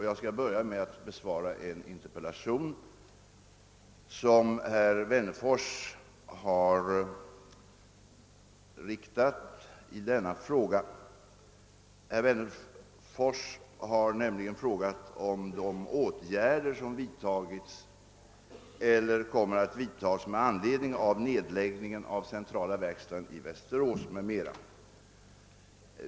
Jag vill börja med att besvara en interpellation, som herr Wennerfors har riktat till mig i denna fråga. Herr Wennerfors har frågat mig om de åtgärder som vidtagits eller kommer att vidtas med anledning av nedläggningen av centrala verkstaden i Västerås m.m.